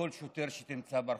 לכל שוטר שתמצא ברחוב.